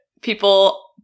people